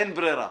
אין ברירה